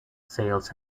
sales